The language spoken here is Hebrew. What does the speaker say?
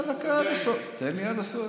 לפי הממשלה, שנייה, דקה, תן לי עד הסוף.